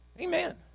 Amen